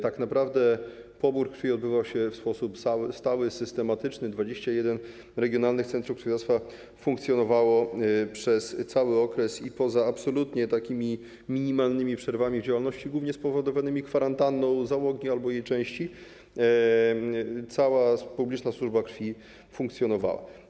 Tak naprawdę pobór krwi odbywał się w sposób stały, systematyczny: 21 regionalnych centrów krwiodawstwa funkcjonowało przez cały okres i poza absolutnie minimalnymi przerwami w działalności, głównie spowodowanymi kwarantanną załogi albo jej części, cała publiczna służba krwi funkcjonowała.